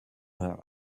her